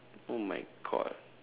oh my god